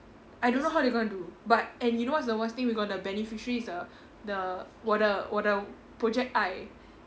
I don't know how they going to do but and you know what's the worse thing we got the beneficiaries err the 我的我的 project 爱